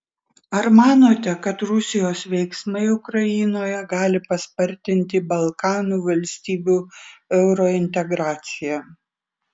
ar manote kad rusijos veiksmai ukrainoje gali paspartinti balkanų valstybių eurointegraciją